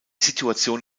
situation